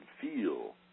feel